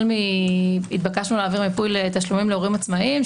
התבקשנו להעביר מיפוי לתשלומים להורים עצמאים,